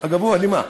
הגבוה למה?